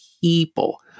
people